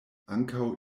ankaŭ